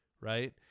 Right